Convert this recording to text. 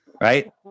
right